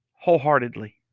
wholeheartedly